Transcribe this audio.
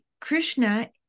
Krishna